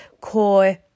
core